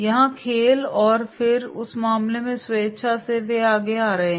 यहाँ खेल और फिर उस मामले में स्वेच्छा से वे आगे आ रहे हैं